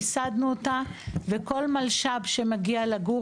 מיסדנו אותה וכל מלש"ב שמגיע לגור